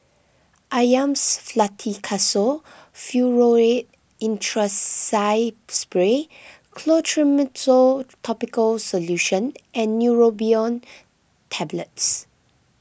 Avamys Fluticasone Furoate Intranasal Spray Clotrimozole Topical Solution and Neurobion Tablets